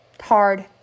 hard